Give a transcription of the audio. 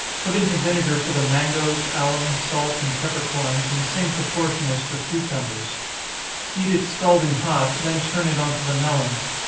put into vinegar for the mangoes, alum, salt and peppercorns, in the same proportion as for cucumbers heat it scalding hot, then turn it on to the melons.